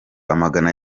amagana